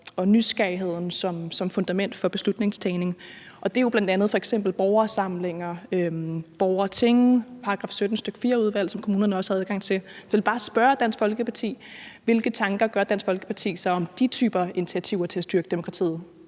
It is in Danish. og nysgerrigheden som fundament for beslutningstagning. Det er jo bl.a. borgersamlinger, borgerting, § 17, stk. 4-udvalg, som kommunerne også har adgang til. Jeg vil bare spørge Dansk Folkeparti: Hvilke tanker gør Dansk Folkeparti sig om de typer af initiativer til at styrke demokratiet?